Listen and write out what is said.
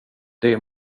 det